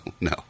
no